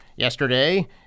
Yesterday